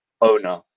owner